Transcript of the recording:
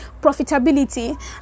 profitability